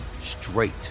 straight